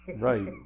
Right